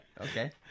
Okay